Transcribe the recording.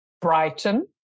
Brighton